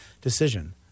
decision